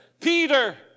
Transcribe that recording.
Peter